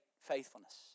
faithfulness